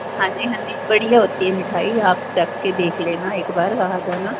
ਹਾਂਜੀ ਹਾਂਜੀ ਬੜੀਆ ਹੋਤੀ ਹੈ ਮਿਠਾਈ ਆਪ ਚੱਕ ਕੇ ਦੇਖ ਲੇ ਨਾ ਇਕ ਬਾਰ ਆ ਜਾਨਾ